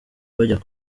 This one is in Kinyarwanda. bajya